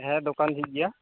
ᱦᱮᱸ ᱫᱚᱠᱟᱱ ᱡᱷᱤᱡ ᱜᱮᱭᱟ